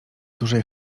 dużej